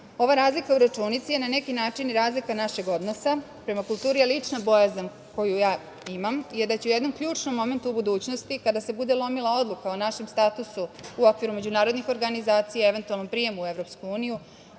razlika u računici je na neki način razlika našeg odnosa prema kulturi. Lična bojazan koju ja imam je da će u jednom ključnom momentu u budućnosti kada se bude lomila odluka o našem statusu u okviru međunarodnih organizacija i eventualnom prijemu u EU,